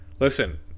Listen